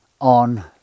on